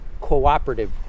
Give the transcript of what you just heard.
cooperative